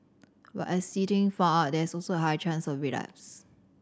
but as See Ting found out there is also a high chance of relapse